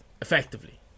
effectively